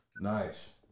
Nice